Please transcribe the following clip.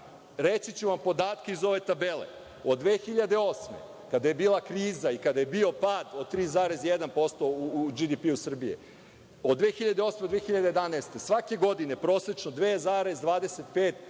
Reći ću vam podatke iz ove tabele. Od 2008. godine, kada je bila kriza i kada je bio pad od 3,1% u BDP-u Srbije, od 2008. do 2011. godine, svake godine prosečno 2,25